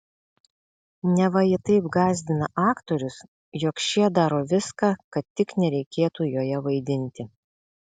neva ji taip gąsdina aktorius jog šie daro viską kad tik nereikėtų joje vaidinti